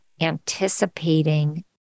anticipating